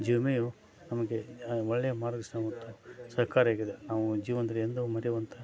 ಜೀವ ವಿಮೆಯು ನಮಗೆ ಒಳ್ಳೆಯ ಮಾರ್ಗದರ್ಶನ ಮತ್ತು ಸರ್ಕಾರ ಹೇಗಿದೆ ನಾವು ಜೀವನದಲ್ಲಿ ಎಂದೂ ಮರೆಯುವಂಥ